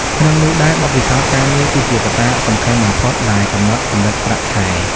ក្នុងនោះដែរបទពិសោធន៍ការងារ គឺជាកត្តាសំខាន់បំផុតដែលកំណត់កម្រិតប្រាក់ខែ។